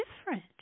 different